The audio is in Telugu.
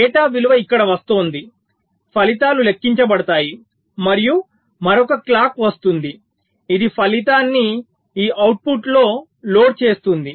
డేటా విలువ ఇక్కడ వస్తోంది ఫలితాలు లెక్కించబడతాయి మరియు మరొక క్లాక్ వస్తుంది ఇది ఫలితాన్ని ఈ అవుట్పుట్లో లోడ్ చేస్తుంది